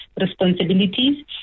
responsibilities